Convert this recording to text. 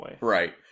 Right